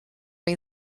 ein